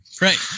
Right